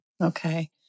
Okay